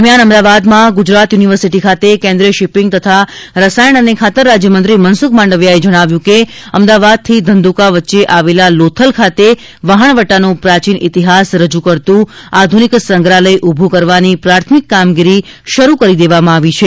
દરમિયાન અમદાવાદમાં ગુજરાત યુનિવર્સિટી ખાતે કેન્દ્રીય શિપિંગ તથા રસાયણ અને ખાતર રાજ્યમંત્રી મનસુખ માંડવીયાએ જણાવ્યું કે અમદાવાદથી ધંધુકા વચ્ચે આવેલા લોથલ ખાતે વહાણવટાનો પ્રાચીન ઇતિહાસ રજૂ કરતું આધુનિક સંગ્રહાલય ઊભું કરવાની પ્રાથમિક કામગીરી શરૂ કરી દેવામાં આવી છે